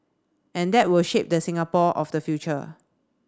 and that will shape the Singapore of the future